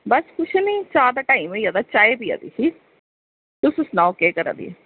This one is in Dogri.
बस कुछ निं चाह् दा टाईम होआ दा हा चाह् पिया दी ही तुस सनाओ केह् करा दे ओ